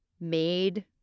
made